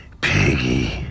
piggy